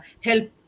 help